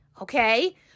Okay